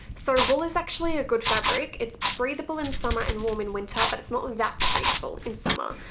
so wool is actually a good fabric. it's breathable in summer and warm in winter but it's not that breathable in summer.